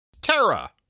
Terra